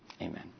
amen